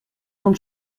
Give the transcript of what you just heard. com